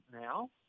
now